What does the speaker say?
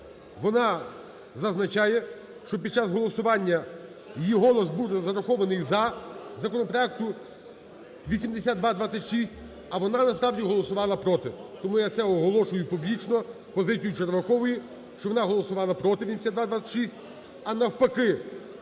Вона зазначає, що під час голосування її голос був зарахований "за" законопроект 8226, а вона насправді голосувала "проти". Тому я це оголошую публічно позицію Червакової, що вона голосувала "проти" 8226. А навпаки